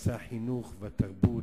בנושא החינוך והתרבות,